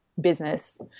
business